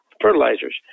fertilizers